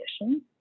conditions